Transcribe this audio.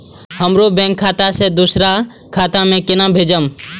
हमरो बैंक खाता से दुसरा खाता में केना भेजम?